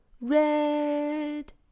red